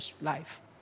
life